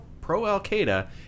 pro-Al-Qaeda